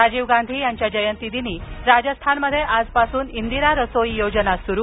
राजीव गांधी यांच्या जयंतीदिनी राजस्थानमध्ये आजपासून इंदिरा रसोई योजना सुरू